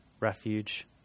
refuge